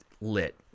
lit